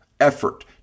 effort